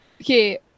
Okay